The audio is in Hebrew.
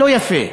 לא יפה,